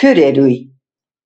fiureriui